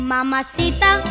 Mamacita